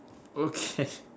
okay